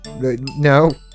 No